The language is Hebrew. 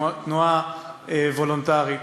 תנועה וולונטרית,